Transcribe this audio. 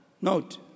note